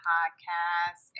Podcast